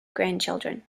grandchildren